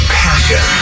passion